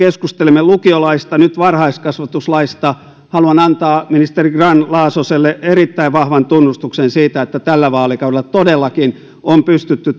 keskustelimme lukiolaista ja nyt varhaiskasvatuslaista ja että haluan antaa ministeri grahn laasoselle erittäin vahvan tunnustuksen siitä että tällä vaalikaudella todellakin on pystytty